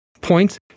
points